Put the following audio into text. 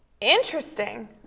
Interesting